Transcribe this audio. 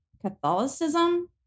Catholicism